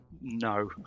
no